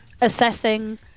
assessing